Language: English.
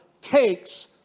takes